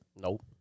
Nope